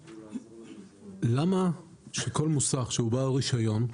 למה שכל מוסך שהוא בעל רישיון,